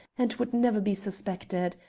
and would never be suspected.